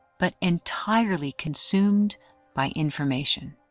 but entirely consumed by information.